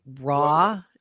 raw